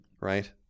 right